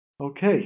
Okay